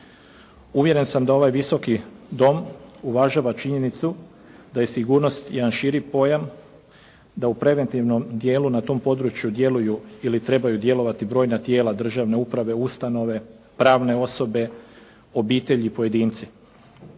Uvjeren sam da ovaj Visoki dom uvažava činjenicu da je sigurnost jedan širi pojam, da u preventivnom dijelu na tom području djeluju ili trebaju djelovati brojna tijela državne uprave, ustanove, pravne osobe, obitelji, pojedinci.